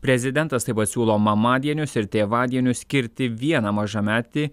prezidentas taip pat siūlo mamadienius ir tėvadienius skirti vieną mažametį